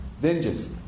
Vengeance